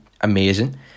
amazing